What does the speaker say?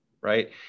right